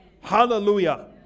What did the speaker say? hallelujah